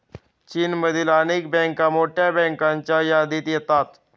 चीनमधील अनेक बँका मोठ्या बँकांच्या यादीत येतात